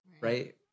right